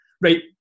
right